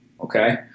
Okay